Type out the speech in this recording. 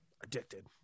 Addicted